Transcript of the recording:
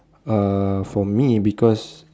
uh for me because